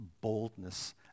boldness